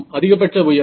அதிகபட்ச உயரம்